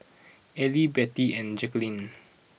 Ally Bettie and Jacquelin